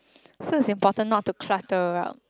so it's important not to clutter around